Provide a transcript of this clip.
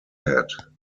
head